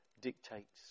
dictates